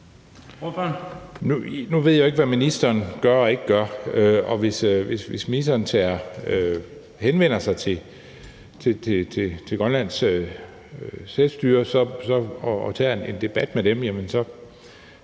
jo ved ikke, hvad ministeren gør og ikke gør, og hvis ministeren henvender sig til Grønlands selvstyre og tager en debat med dem,